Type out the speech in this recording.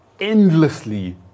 endlessly